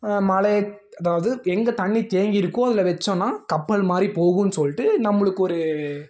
மழை அதாவது எங்கே தண்ணி தேங்கியிருக்கோ அதில் வைச்சோனா கப்பல் மாதிரிப் போகும் சொல்லிட்டு நம்மளுக்கு ஒரு